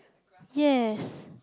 yes